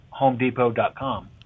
homedepot.com